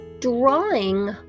drawing